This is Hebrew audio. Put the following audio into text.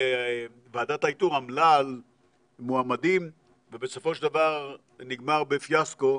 ועדת האיתור עמלה על מועמדים ובסופו של דבר זה נגמר בפיאסקו,